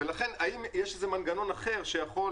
ולכן האם יש איזה מנגנון אחר שיכול